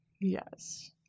yes